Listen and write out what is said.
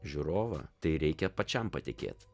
žiūrovą tai reikia pačiam patikėt